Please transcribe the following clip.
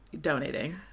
donating